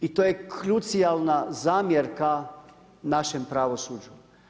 I to je krucijalna zamjerka našem pravosuđu.